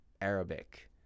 Arabic